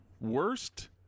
worst